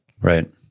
Right